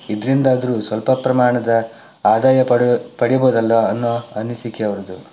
ಇದರಿಂದಾದರೂ ಸ್ವಲ್ಪ ಪ್ರಮಾಣದ ಆದಾಯ ಪಡೆ ಪಡಿಬಹುದಲ್ಲ ಅನ್ನೋ ಅನಿಸಿಕೆ ಅವರದು